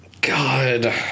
god